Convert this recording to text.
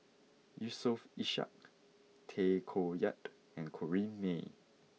Yusof Ishak Tay Koh Yat and Corrinne May